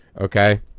okay